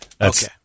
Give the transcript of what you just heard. Okay